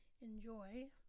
enjoy